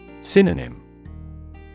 Synonym